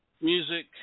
music